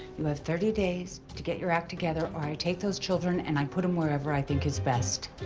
you have thirty days to get your act together or i take those children and i put them wherever i think is best.